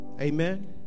Amen